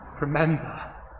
Remember